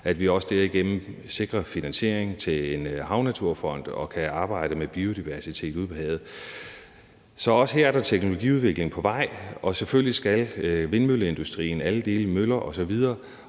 før sommer. Derigennem sikrer vi finansiering til en havnaturfond og til at kunne arbejde med biodiversitet ude på havet. Så også her er der teknologiudvikling på vej, og selvfølgelig skal vindmølleindustrien i forhold til alle dele af møller osv.